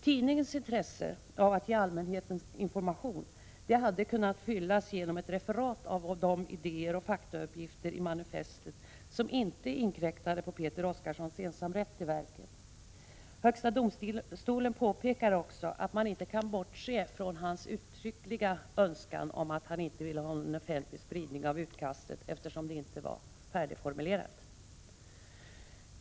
Tidningens intresse av att ge allmänheten information hade kunnat fyllas genom ett referat av idéer och faktauppgifter i manifestet som inte inkräktade på Peter Oskarssons ensamrätt till verket. HD påpekar också att man inte kan bortse från hans uttryckliga önskan om att han inte ville ha någon offentlig spridning av utkastet, eftersom det inte var färdigformulerat.